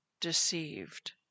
deceived